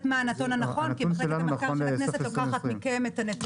מה הנתון הנכון כי מחלקת המחקר של הכנסת לוקחת מכם את הנתונים.